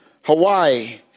Hawaii